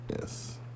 Yes